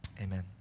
amen